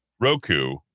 Roku